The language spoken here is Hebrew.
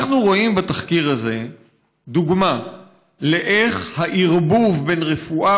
אנחנו רואים בתחקיר הזה דוגמה לאיך הערבוב בין רפואה